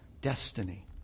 destiny